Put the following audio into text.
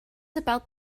about